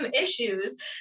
issues